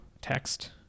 text